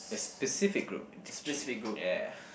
a specific group actually yeah